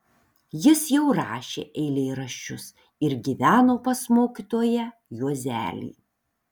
jis jau rašė eilėraščius ir gyveno pas mokytoją juozelį